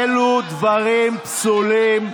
אלו דברים פסולים,